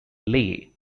lay